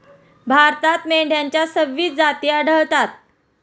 भारतात मेंढ्यांच्या सव्वीस जाती आढळतात